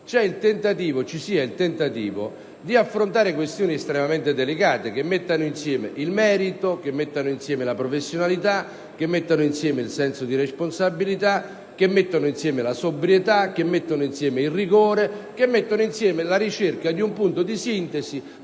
c'è il tentativo di affrontare questioni estremamente delicate, che mettano insieme il merito, la professionalità, il senso di responsabilità, la sobrietà, il rigore e la ricerca di un punto di sintesi